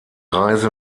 reise